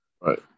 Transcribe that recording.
right